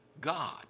God